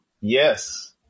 yes